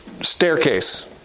staircase